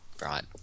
Right